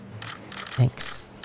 Thanks